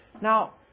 Now